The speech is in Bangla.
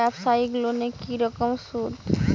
ব্যবসায়িক লোনে কি রকম সুদ?